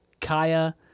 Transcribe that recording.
Kaya